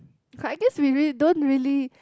!huh! I guess we really don't really